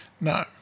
No